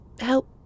help